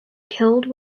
killed